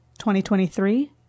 2023